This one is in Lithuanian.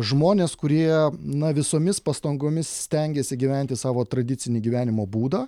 žmonės kurie na visomis pastangomis stengėsi gyventi savo tradicinį gyvenimo būdą